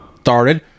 started